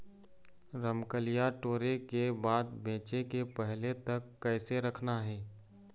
रमकलिया टोरे के बाद बेंचे के पहले तक कइसे रखना हे?